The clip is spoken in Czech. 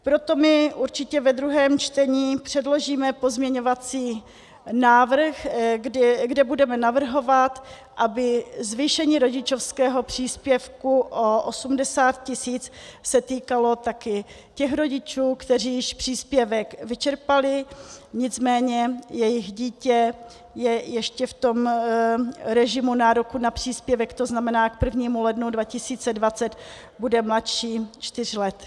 Proto my určitě ve druhém čtení předložíme pozměňovací návrh, kde budeme navrhovat, aby zvýšení rodičovského příspěvku o 80 tisíc se týkalo také těch rodičů, kteří již příspěvek vyčerpali, nicméně jejich dítě je ještě v tom režimu nároku na příspěvek, to znamená, k 1. lednu 2020 bude mladší čtyř let.